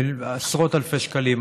עשרות אלפי שקלים,